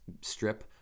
strip